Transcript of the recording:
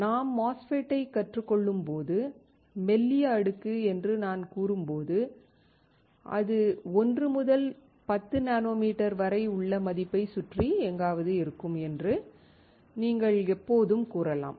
நாம் MOSFET ஐக் கற்றுக் கொள்ளும்போது மெல்லிய அடுக்கு என்று நான் கூறும்போது அது 1 முதல் 10 நானோமீட்டர் வரை உள்ள மதிப்பைச் சுற்றி எங்காவது இருக்கும் என்று நீங்கள் எப்போதும் கூறலாம்